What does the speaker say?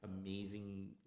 amazing